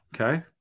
Okay